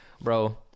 bro